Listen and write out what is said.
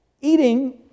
eating